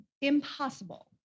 impossible